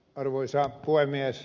arvoisa puhemies